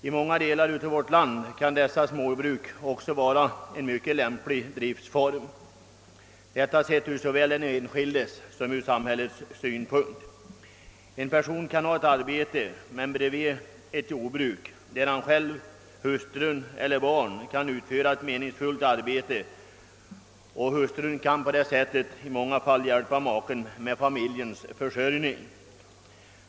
I många delar av vårt land kan dessa småbruk också vara en mycket lämplig driftform — sett från såväl den enskildes som samhällets synpunkt. En person kan ha ett arbete, men bredvid detta kan han ha ett jordbruk där han själv, hans hustru och barn kan utföra ett meningsfyllt arbete. Hustrun kan på det sättet i många fall hjälpa maken med familjens försörjning.